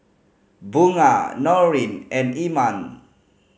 Bunga Nurin and Iman